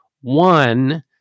one